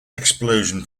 explosion